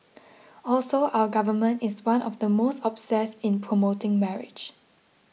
also our Government is one of the most obsessed in promoting marriage